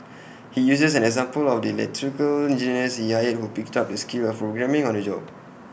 he uses an example of the electrical engineers he hired who picked up the skill of programming on the job